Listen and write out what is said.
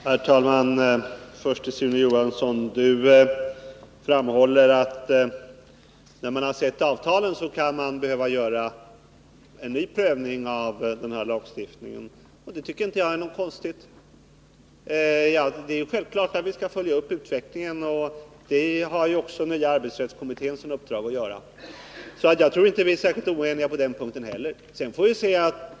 Herr talman! Först vill jag till Sune Johansson, som framhåller att när man Torsdagen den sett avtalen kan man behöva göra en ny prövning av lagstiftningen, säga att 29 november 1979 jag inte tycker det är något konstigt. Det är självklart att vi skall följa utvecklingen. Detta har också den nya arbetsrättskommittén i uppdrag att göra, så jag tror inte vi är särskilt oeniga på den punkten heller.